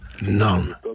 none